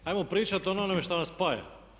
Ajmo pričati o onome što nas spaja.